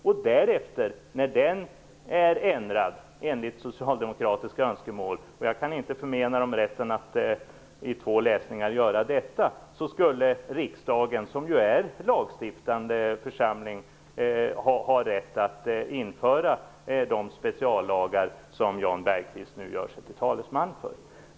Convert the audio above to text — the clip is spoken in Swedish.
När den därefter är ändrad enligt socialdemokratiska önskemål - och jag kan inte förmena socialdemokraterna rätten att i två läsningar göra detta - skulle riksdagen, som ju är den lagstiftande församlingen, ha rätt att införa de speciallagar som Jan Bergqvist nu gör sig till talesman för.